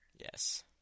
Yes